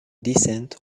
descent